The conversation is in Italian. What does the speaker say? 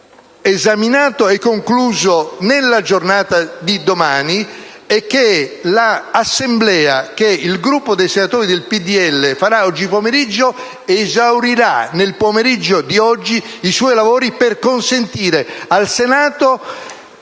esaminato e concluso nella giornata di domani e che l'assemblea che il Gruppo dei senatori del PDL farà oggi pomeriggio esaurirà nel pomeriggio i suoi lavori per consentire al Senato